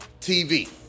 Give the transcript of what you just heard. TV